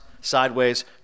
sideways